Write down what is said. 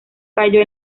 cayó